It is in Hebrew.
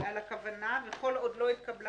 וכל עוד לא התקבלה